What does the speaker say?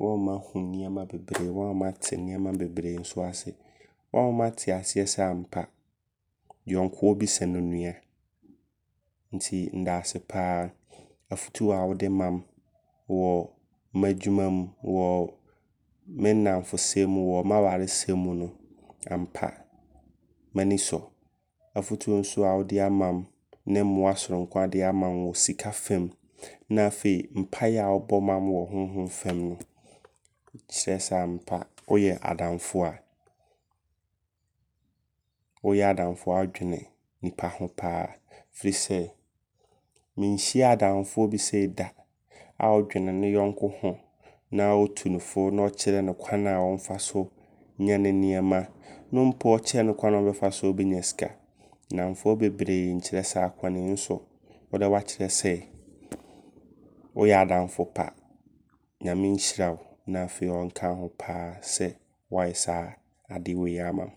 wama mahu nneɛma bebree. Ma mate nneɛma bebree so ase. Wama mate aseɛ sɛ ampayɔnkoɔ bi sene onua. Nti ndaase paa. Afotuo a wode mam wɔɔ m'adwuma mu, wɔɔ me nnamfosɛm mu, wɔɔ m'awaresɛm mu. Ampa m'ani sɔ. Afoutuo nso a wode amam ne mmoa sononko a wode amam wɔsika fam. Na afei mpayɛɛ a wobɔ mam wɔ honhom fam. Kyerɛ sɛ ampa woyɛ adamfoɔ a woyɛ adamfo a wo dwene nnipa ho paa. Firi sɛ, menhyiaa adamfoɔ bi sei da. A ɔdwene ne yɔnko ho. Na otu no fo. Na ɔkyerɛ naa ɔmfa so nyɛ ne nneɛma. Ne mpo ɔkyerɛ ne kwane a ɔbɛfa so anya sika. Nnamfoɔ bebree nkyerɛ saa kwane yi nso wodɛ wakyerɛ sɛ woyɛ adamfo pa. Nyame nhyira na afei ɔnka wo ho paa sɛ wayɛ saa ade wei amam.